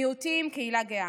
מיעוטים והקהילה הגאה.